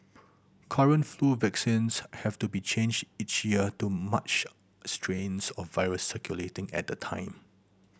current flu vaccines have to be changed each year to match strains of virus circulating at the time